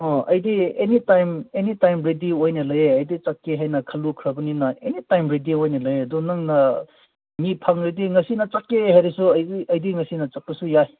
ꯑꯥ ꯑꯩꯗꯤ anytime anytime ready ꯑꯣꯏꯅ ꯑꯩꯌꯦ ꯑꯩꯗꯤ ꯆꯠꯀꯦ ꯍꯥꯏꯅ ꯈꯜꯂꯨꯈ꯭ꯔꯕꯅꯤꯅ ꯑꯦꯅꯤꯇꯥꯏꯝ ꯔꯦꯗꯤ ꯑꯣꯏꯅ ꯂꯩꯌꯦ ꯑꯗꯣ ꯅꯪꯅ ꯃꯤ ꯐꯪꯂꯗꯤ ꯉꯁꯤꯅ ꯆꯠꯀꯦ ꯍꯥꯏꯔꯁꯨ ꯑꯩꯗꯤ ꯑꯩꯗꯤ ꯉꯁꯤꯅ ꯆꯠꯄꯁꯨ ꯌꯥꯏ